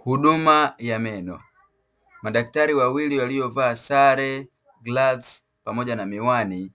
Huduma ya meno, madaktari wawili waliovaa sare, glavu, pamoja na miwani